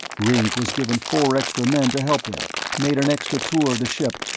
ringg was given four extra men to help him, made an extra tour of the ship,